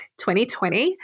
2020